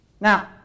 Now